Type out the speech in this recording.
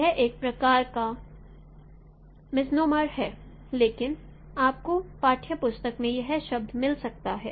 यह एक प्रकार का मिस्नोमर है लेकिन आपको पाठ्य पुस्तक में यह शब्द मिल सकता है